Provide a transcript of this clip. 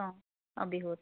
অঁ অঁ বিহুত